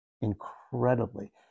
incredibly